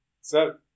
sir